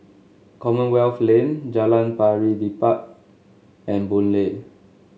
Commonwealth Lane Jalan Pari Dedap and Boon Lay